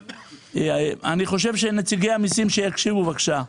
אני חושב שנציגי המיסים, שיקשיבו, בבקשה.